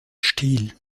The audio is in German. stil